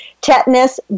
tetanus